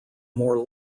more